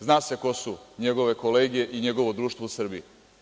Zna se ko su njegove kolege i njegovo društvo u Srbiji.